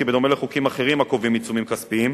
כי בדומה לחוקים אחרים הקובעים עיצומים כספיים,